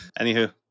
anywho